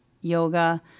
yoga